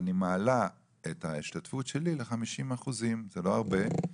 אני מעלה את ההשתתפות שלי ל-50%, זה לא הרבה.